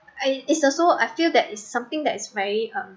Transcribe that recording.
I it's the so I feel that is something that is very um